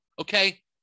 Okay